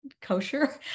kosher